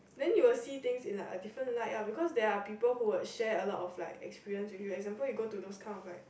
then you will see things in like a different light ah because there are people who would share a lot of like experience with you example you go to those kind of like